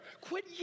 Quit